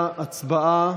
להצבעה